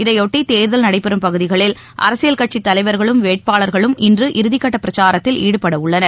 இதையொட்டி தேர்தல் நடைபெறும் பகுதிகளில் அரசியல் கட்சித்தலைவர்களும் வேட்பாளர்களும் இன்று இறுதிக்கட்டபிரச்சாரத்தில் ஈடுபடவுள்ளனர்